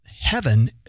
heaven